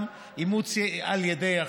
גם אימוץ על ידי יחיד.